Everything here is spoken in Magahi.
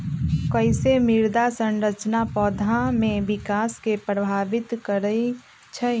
कईसे मृदा संरचना पौधा में विकास के प्रभावित करई छई?